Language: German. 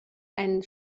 ein